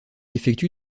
effectue